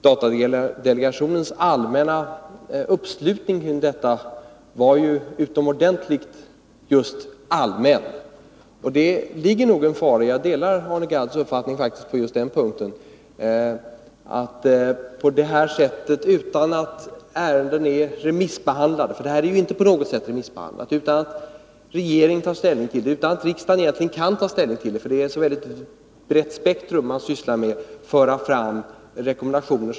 Datadelegationens uppslutning kring detta var ju också utomordentligt allmän. Det föreligger nog en fara i detta — jag delar faktiskt Arne Gadds uppfattningen på den punkten. Detta ärende är inte på något sätt remissbehandlat. Regeringen har egentligen inte tagit ställning till det. Riksdagen kan inte heller ta ställning till detta breda spektrum av rekommendationer.